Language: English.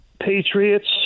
Patriots